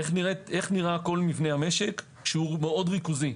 איך נראה כל מבנה המשק כשהוא מאוד ריכוזי,